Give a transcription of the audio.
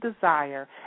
desire